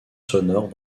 sonores